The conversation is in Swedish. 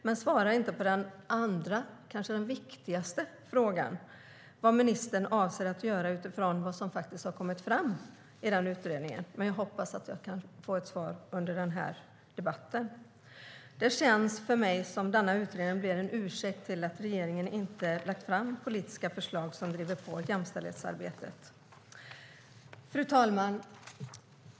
Men jag får inte svar på den andra, och kanske viktigaste, frågan vad ministern avser att göra utifrån vad som faktiskt har kommit fram i den utredningen. Men jag hoppas att jag kan få ett svar under den här debatten. Det känns för mig som om denna utredning blir en ursäkt för att regeringen inte har lagt fram politiska förslag som driver på jämställdhetsarbetet. Fru talman!